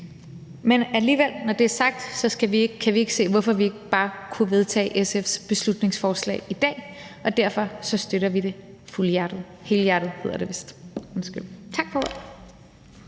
Men når det er sagt, kan vi i Enhedslisten ikke se, hvorfor vi ikke bare kunne vedtage SF’s beslutningsforslag i dag, og derfor støtter vi det fuldhjertet – helhjertet hedder det vist. Tak for